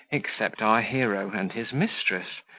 except our hero and his mistress,